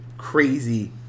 Crazy